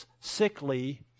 sickly